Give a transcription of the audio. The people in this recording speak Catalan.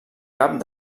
cap